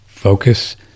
Focus